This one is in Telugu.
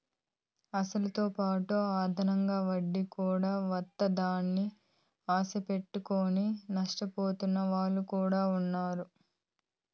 అసలుతోపాటు అదనంగా వడ్డీ కూడా వత్తాదని ఆశ పెట్టుకుని నష్టపోతున్న వాళ్ళు కూడా ఉన్నారు